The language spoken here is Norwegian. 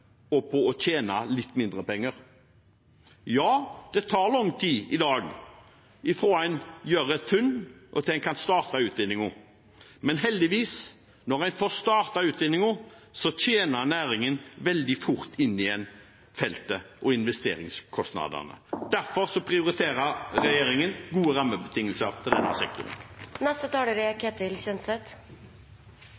og på å tjene litt mindre penger. Ja, det tar lang tid i dag fra en gjør et funn og til en kan starte utvinningen, men når en får startet utvinningen, tjener heldigvis næringen veldig fort inn igjen feltet og investeringskostnadene. Derfor prioriterer regjeringen gode rammebetingelser til denne